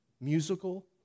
musical